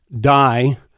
die